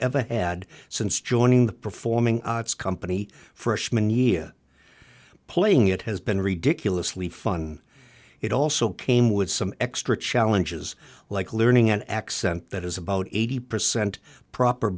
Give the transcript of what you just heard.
ever had since joining the performing arts company freshman year playing it has been ridiculous lee fun it also came with some extra challenges like learning an accent that is about eighty percent proper